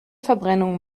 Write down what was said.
verbrennung